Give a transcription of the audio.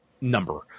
number